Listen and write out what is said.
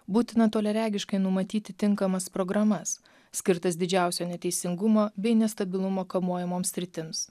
būtina toliaregiškai numatyti tinkamas programas skirtas didžiausio neteisingumo bei nestabilumo kamuojamoms sritims